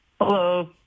Hello